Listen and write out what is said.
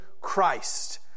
Christ